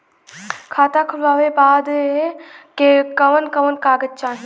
खाता खोलवावे बादे कवन कवन कागज चाही?